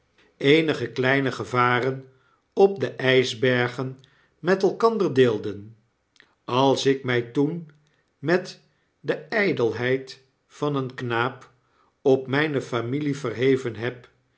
eenige kleine gevaren op de ysbergen met elkander deelden als ik mi toen met de ydelheid van een knaap op myne familie verheveft heb